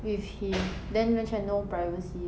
with him then macam no privacy you know